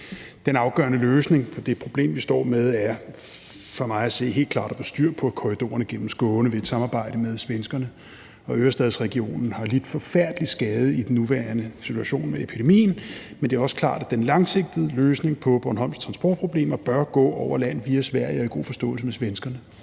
Den afgørende løsning på det problem, vi står med, er for mig at se helt klart at få styr på korridorerne gennem Skåne ved et samarbejde med svenskerne. Øresundsregionen har lidt forfærdelig skade i den nuværende situation med epidemien, men det er også klart, at den langsigtede løsning på Bornholms transportproblemer bør gå over land via Sverige og i god forståelse med svenskerne.